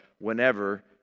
whenever